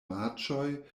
marĉoj